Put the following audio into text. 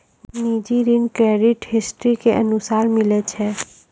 निजी ऋण credit history के अनुसार मिलै छै